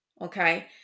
okay